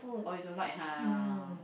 oh you don't like !huh!